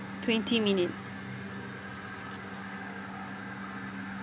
twenty minute